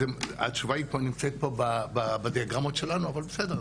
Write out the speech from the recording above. התשובה כבר נמצאת פה בדיאגרמות שלנו אבל בסדר,